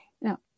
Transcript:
Now